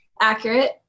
Accurate